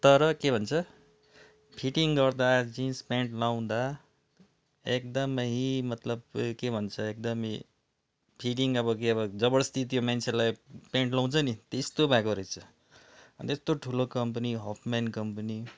तर के भन्छ फिटिङ गर्दा जिन्स पेन्ट लाउँदा एकदमै मतलब के भन्छ एकदमै फिटिङ अब के भ जबरजस्ती त्यो मान्छेलाई पेन्ट लाउँछ नि त्यस्तो भएको रहेछ अन्त यस्तो ठुलो कम्पनी हफमेन कम्पनी